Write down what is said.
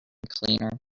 cleaner